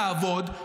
לעבוד,